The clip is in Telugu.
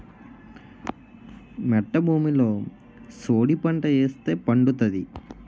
మెట్ట భూమిలో సోడిపంట ఏస్తే పండుతాది